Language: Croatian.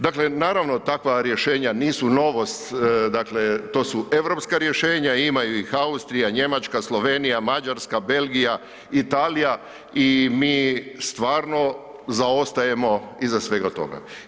Dakle, naravno takva rješenja nisu novost, dakle to su europska rješenja, ima ih i Austrija, Njemačka, Slovenija, Mađarska, Belgija, Italija i mi stvarno zaostajemo iza svega toga.